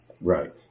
Right